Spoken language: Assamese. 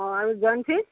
অ আৰু জইন ফিজ